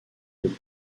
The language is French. que